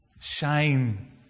shine